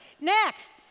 Next